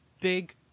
big